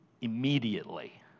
Immediately